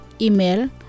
Email